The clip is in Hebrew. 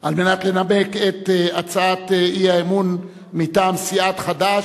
על מנת לנמק את הצעת האי-אמון מטעם סיעת חד"ש,